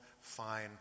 fine